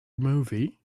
movie